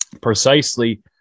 precisely